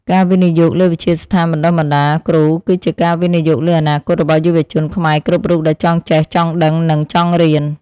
ការវិនិយោគលើវិទ្យាស្ថានបណ្តុះបណ្តាលគ្រូគឺជាការវិនិយោគលើអនាគតរបស់យុវជនខ្មែរគ្រប់រូបដែលចង់ចេះចង់ដឹងនិងចង់រៀន។